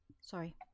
Sorry